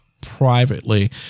privately